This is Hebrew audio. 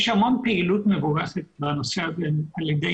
יש המון פעילות מבורכת בנושא על ידי